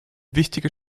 wichtige